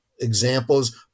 examples